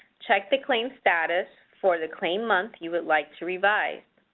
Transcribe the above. check the claim status for the claim month you would like to revise.